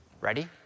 Ready